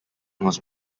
was